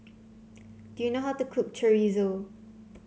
do you know how to cook Chorizo